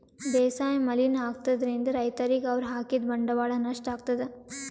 ಬೇಸಾಯ್ ಮಲಿನ್ ಆಗ್ತದ್ರಿನ್ದ್ ರೈತರಿಗ್ ಅವ್ರ್ ಹಾಕಿದ್ ಬಂಡವಾಳ್ ನಷ್ಟ್ ಆಗ್ತದಾ